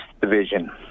Division